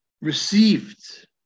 received